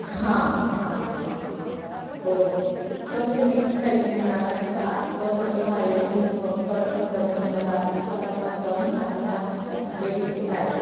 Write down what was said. हां हां हां हां बरोबर असं म्हणजे दिसतं आहे तुम्ही म्हणाला तसं आतलं थोडंसं वायरिंग कठवून वरचं म्हणजे प्लास्टिकवाला भाग जाऊन आतल्या हे दिसत आहेत